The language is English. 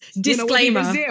Disclaimer